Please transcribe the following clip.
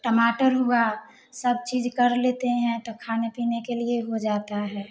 टमाटर हुआ सब चीज़ कर लेते हैं तो खाने पीने के लिए हो जाता है